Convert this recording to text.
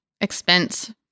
expense